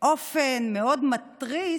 באופן מאוד מתריס,